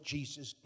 Jesus